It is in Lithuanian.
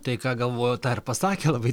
tai ką galvojo tą ir pasakė labai